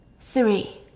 three